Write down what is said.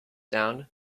down